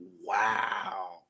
wow